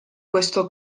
questo